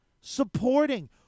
supporting